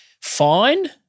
fine